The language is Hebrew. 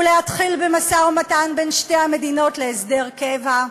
ולהתחיל במשא-ומתן בין שתי המדינות להסדר קבע,